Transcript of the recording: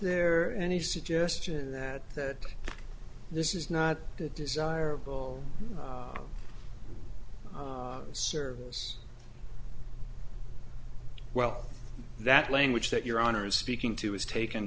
there any suggestion that that this is not a desirable service well that language that your honour's speaking to is taken